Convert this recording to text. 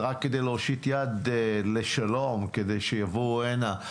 זה רק כדי להושיט יד לשלום כדי שיבואו הנה,